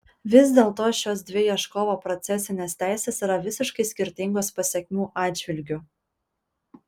vis dėlto šios dvi ieškovo procesinės teisės yra visiškai skirtingos pasekmių atžvilgiu